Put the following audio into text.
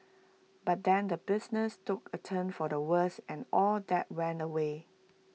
but then the business took A turn for the worse and all that went away